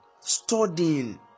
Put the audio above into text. studying